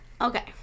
Okay